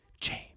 James